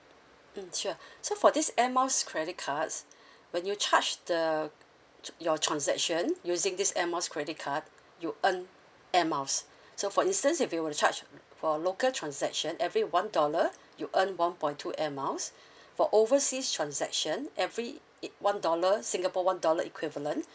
mm sure so for this air miles credit cards when you charge the ch~ your transaction using this air miles credit card you earn air miles so for instance if you were to charge for local transaction every one dollar you earn one point two air miles for overseas transaction every e~ one dollar singapore one dollar equivalent